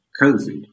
COVID